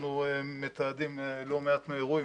אנחנו מתעדים לא מעט מהאירועים.